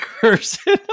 person